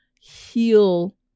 heal